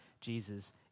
Jesus